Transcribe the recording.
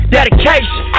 Dedication